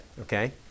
okay